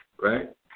Right